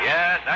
Yes